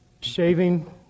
shaving